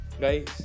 guys